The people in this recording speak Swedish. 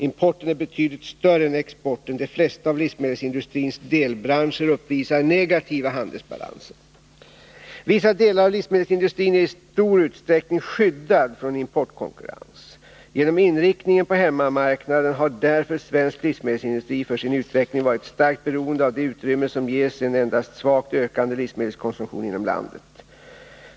Importen är betydligt större än exporten; de flesta av livsmedelsindustrins delbranscher uppvisar negativa ”handelsbalanser”. Vissa delar av livsmedelsindustrin är i stor utsträckning skyddade från importkonkurrens. Genom inriktningen på hemmamarknaden har därför svensk livsmedelsindustri för sin utveckling varit starkt beroende av det utrymme som ges av en endast svagt ökande livsmedelskonsumtion inom landet.